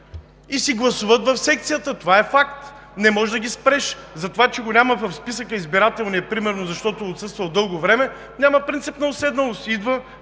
и си гласуват в секцията. Това е факт! Не може да го спреш за това, че го няма в избирателния списък, например, защото е отсъствал дълго време. Няма принцип на уседналост